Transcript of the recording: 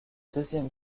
deuxième